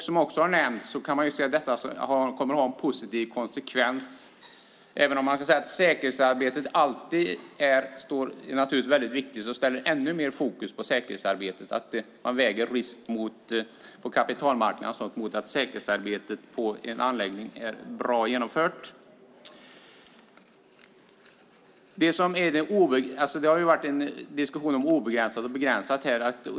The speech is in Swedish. Som också har nämnts kommer detta att få positiva konsekvenser. Även om säkerhetsarbetet naturligtvis alltid är viktigt, innebär det att det blir det ännu mer fokus på säkerhetsarbetet. Man väger risk på kapitalmarknaden mot att säkerhetsarbetet på en anläggning är bra genomfört. Det har varit en diskussion om obegränsat och begränsat skadeståndsansvar.